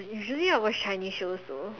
usually I watch Chinese shows also